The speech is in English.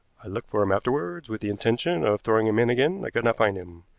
i looked for him afterward with the intention of throwing him in again. i could not find him,